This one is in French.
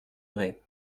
ray